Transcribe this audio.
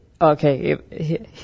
okay